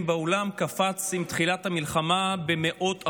בעולם קפץ עם תחילת המלחמה במאות אחוזים.